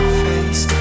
face